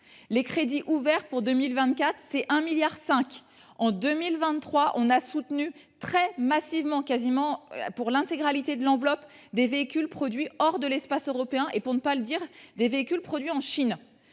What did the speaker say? Les crédits ouverts pour 2024 s’établiront à 1,5 milliard d’euros. En 2023, nous avons soutenu très massivement – quasiment pour l’intégralité de l’enveloppe – des véhicules produits hors de l’espace européen – pour ne pas le dire, des véhicules produits en Chine